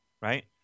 right